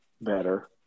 better